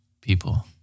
people